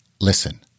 Listen